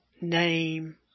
name